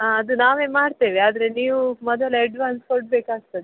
ಹಾಂ ಅದು ನಾವೇ ಮಾಡ್ತೇವೆ ಆದರೆ ನೀವು ಮೊದಲು ಎಡ್ವಾನ್ಸ್ ಕೊಡಬೇಕಾಗ್ತದೆ